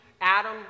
Adam